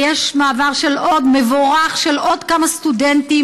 ויש מעבר מבורך של עוד כמה סטודנטים,